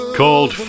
called